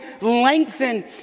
lengthen